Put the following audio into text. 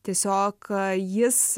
tiesiog jis